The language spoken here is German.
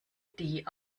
die